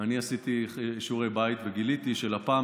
אני עשיתי שיעורי בית וגיליתי שלפ"מ